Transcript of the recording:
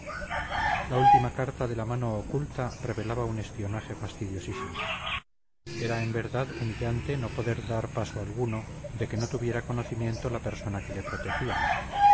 la última carta de la mano oculta revelaba un espionaje fastidiosísimo era en verdad humillante no poder dar paso alguno de que no tuviera conocimiento la persona que le protegía